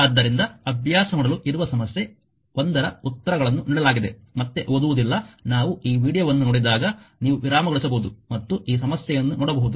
ಆದ್ದರಿಂದಅಭ್ಯಾಸ ಮಾಡಲು ಇರುವ ಸಮಸ್ಯೆ 1 ರ ಉತ್ತರಗಳನ್ನು ನೀಡಲಾಗಿದೆ ಮತ್ತೆ ಓದುವುದಿಲ್ಲ ನಾವು ಈ ವೀಡಿಯೊವನ್ನು ನೋಡಿದಾಗ ನೀವು ವಿರಾಮಗೊಳಿಸಬಹುದು ಮತ್ತು ಈ ಸಮಸ್ಯೆಯನ್ನು ನೋಡಬಹುದು